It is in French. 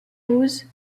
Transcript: hoes